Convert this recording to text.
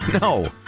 No